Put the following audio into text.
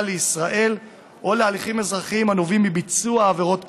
לישראל או להליכים אזרחיים הנובעים מביצוע העבירות כאמור,